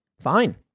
Fine